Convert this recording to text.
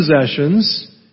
possessions